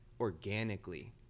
organically